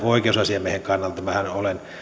oikeusasiamiehen kannalta minähän olen